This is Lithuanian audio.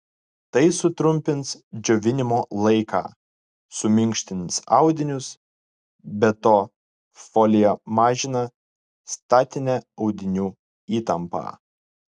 tai sutrumpins džiovinimo laiką suminkštins audinius be to folija mažina statinę audinių įtampą